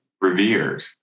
revered